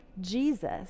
Jesus